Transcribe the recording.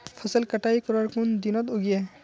फसल कटाई करवार कुन दिनोत उगैहे?